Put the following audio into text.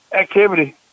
activity